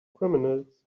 criminals